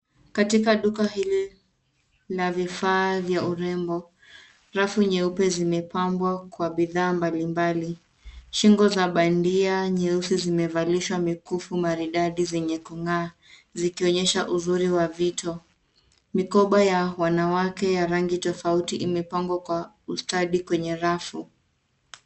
Katika duka hili, kuna vifaa vya urembo. Rafu nyeupe zimepambwa kwa bidhaa mbalimbali. Shingo za bandia nyeusi zimevalishwa mikufu maridadi zenye kung'aa, zikionyesha uzuri wa vito. Mikoba ya wanawake ya rangi tofauti imepangwa kwa ustadi kwenye rafu.